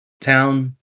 town